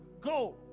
go